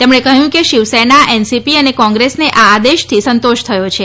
તેમણે કહ્યું કે શિવસેના એનસીપી અને કોંગ્રેસને આ આદેશથી સંતોષ થયો છે